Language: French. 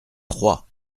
troyes